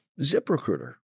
ZipRecruiter